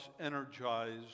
energized